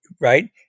right